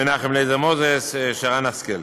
מנחם אליעזר מוזס ושרן השכל.